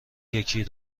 یکی